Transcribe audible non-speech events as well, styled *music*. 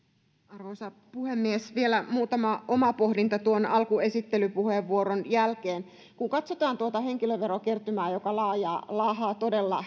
arvoisa puhemies vielä muutama oma pohdinta tuon alkuesittelypuheenvuoron jälkeen kun katsotaan tuota henkilöverokertymää joka laahaa todella *unintelligible*